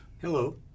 Hello